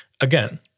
Again